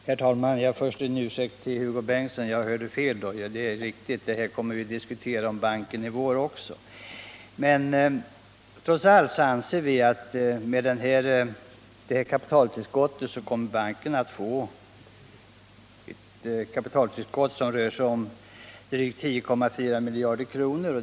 Herr talman! Först en ursäkt till Hugo Bengtsson. Jag hörde tydligen fel, och det är riktigt att vi kommer att diskutera Investeringsbanken i vår också. Trots allt kommer banken med utskottsmajoritetens förslag att få ett kapitaltillskott på drygt 10,4 miljarder kronor.